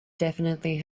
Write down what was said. definitely